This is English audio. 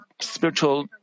spiritual